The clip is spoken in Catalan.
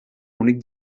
bonic